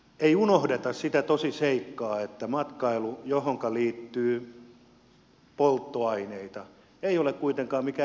ei unohdeta sitä tosiseikkaa että matkailu johonka liittyy polttoaineita ei ole kuitenkaan mikään ympäristöteko